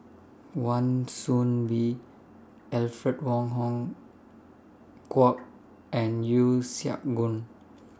Wan Soon Bee Alfred Wong Hong Kwok and Yeo Siak Goon